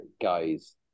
guys